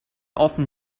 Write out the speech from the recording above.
often